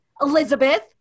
elizabeth